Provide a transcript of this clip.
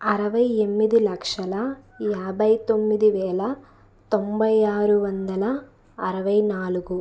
అరవై ఎనిమిది లక్షల యాభై తొమ్మిది వేల తొంభై ఆరు వందల అరవై నాలుగు